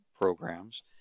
programs